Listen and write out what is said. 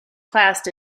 classed